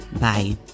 Bye